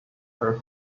her